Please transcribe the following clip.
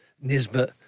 Nisbet